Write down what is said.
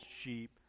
sheep